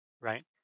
right